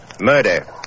Murder